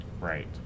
Right